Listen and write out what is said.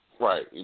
right